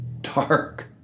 dark